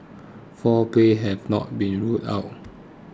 foul play has not been ruled out